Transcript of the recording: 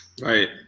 Right